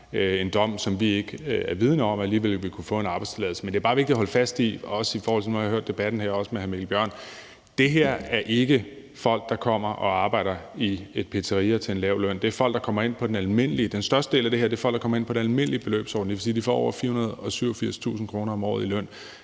en dom, som vi ikke er vidende om, og man alligevel vil kunne få en arbejdstilladelse. Men det er bare vigtigt at holde fast i, også i forhold til når man har hørt debatten her med hr. Mikkel Bjørn, at det her ikke er folk, der kommer og arbejder i et pizzeria til en lav løn. Størstedelen af dem er folk, der kommer ind på den almindelige beløbsordning. Det vil sige, at de får over 487.000 kr. om året i løn.